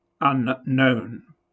unknown